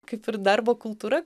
kaip ir darbo kultūra